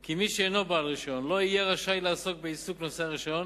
כי מי שאינו בעל רשיון לא יהיה רשאי לעסוק בעיסוק נושא הרשיון,